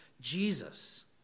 Jesus